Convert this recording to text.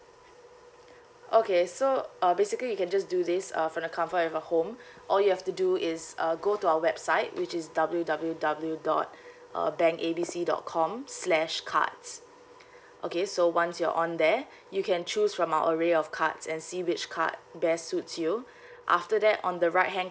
okay so uh basically you can just do this uh from the comfort of your home all you have to do is uh go to our website which is W_W_W dot uh bank A B C dot com slash cards okay so once you're on there you can choose from our array of cards and see which card best suits you after that on the right hand